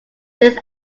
since